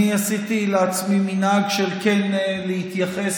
אני עשיתי לעצמי מנהג של כן להתייחס